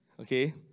Okay